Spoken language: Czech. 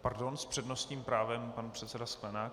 Pardon, s přednostním právem pan předseda Sklenák.